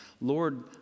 Lord